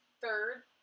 third